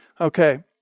Okay